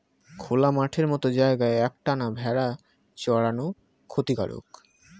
খোলা মাঠের মত জায়গায় এক টানা ভেড়া চরানো ক্ষতিকারক